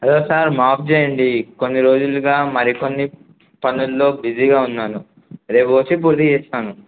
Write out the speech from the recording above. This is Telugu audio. హలో సార్ మాఫ్ చేయండి కొన్ని రోజులుగా మరికొన్ని పనుల్లో బిజీగా ఉన్నాను రేపు వచ్చి పూర్తి చేస్తాను